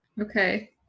Okay